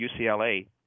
UCLA